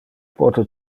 pote